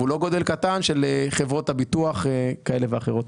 והוא לא גודל קטן, של חברות הביטוח כאלה ואחרות.